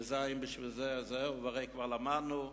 והרי כבר למדנו,